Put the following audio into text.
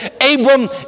Abram